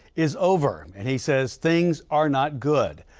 is over and he says things are not good.